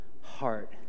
heart